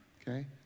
okay